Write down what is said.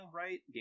right